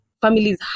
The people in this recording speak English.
families